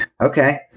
okay